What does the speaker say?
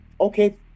okay